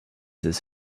his